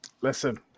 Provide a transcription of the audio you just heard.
listen